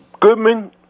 Goodman